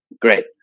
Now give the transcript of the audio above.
Great